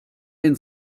den